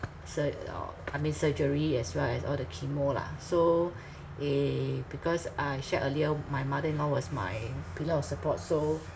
sur~ uh I mean surgery as well as all the chemo lah so eh because I shared earlier my mother in-law was my pillar of support so